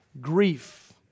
grief